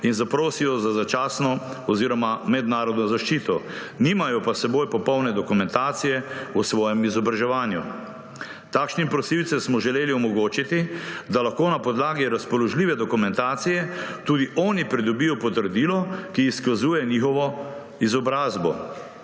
in zaprosijo za začasno oziroma mednarodno zaščito, nimajo pa s seboj popolne dokumentacije o svojem izobraževanju. Takšnim prosilcem smo želeli omogočiti, da lahko na podlagi razpoložljive dokumentacije tudi oni pridobijo potrdilo, ki izkazuje njihovo izobrazbo.